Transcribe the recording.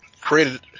created